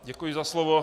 Děkuji za slovo.